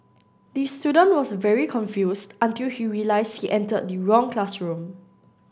the student was very confused until he realised he entered the wrong classroom